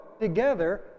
together